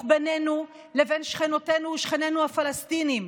בינינו לבין שכנותינו ושכנינו הפלסטינים,